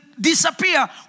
disappear